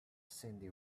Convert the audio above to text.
cyndi